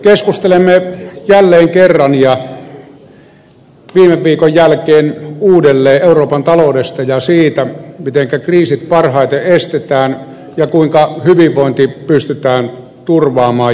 keskustelemme jälleen kerran ja viime viikon jälkeen uudelleen euroopan ta loudesta ja siitä mitenkä kriisit parhaiten estetään ja kuinka hyvinvointi pystytään turvaamaan jatkossakin